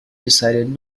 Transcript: decided